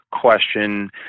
question